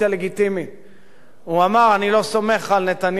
אני לא סומך על נתניהו ועל ברק שהם יובילו את זה.